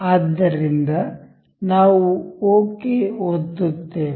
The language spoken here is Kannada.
ಆದ್ದರಿಂದ ನಾವು ಓಕೆ ಒತ್ತುತ್ತೇವೆ